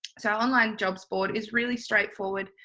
so our online jobs board is really straightforward.